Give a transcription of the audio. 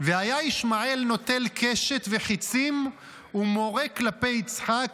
"והיה ישמעאל נוטל קשת וחיצים ומורה כלפי יצחק